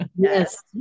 Yes